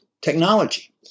technology